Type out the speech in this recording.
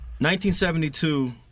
1972